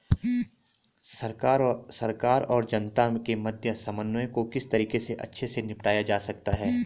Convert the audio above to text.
सरकार और जनता के मध्य समन्वय को किस तरीके से अच्छे से निपटाया जा सकता है?